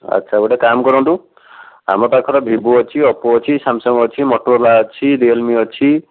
ଆଚ୍ଛା ଗୋଟେ କାମ କରନ୍ତୁ ଆମ ପାଖରେ ଭିବୋ ଅଛି ଓପୋ ଅଛି ସାମ୍ସଙ୍ଗ ଅଛି ମୋଟୋରୋଲା ଅଛି ରିଅଲମି ଅଛି